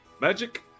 Magic